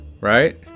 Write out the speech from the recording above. right